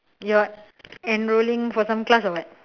you're enrolling for some class or what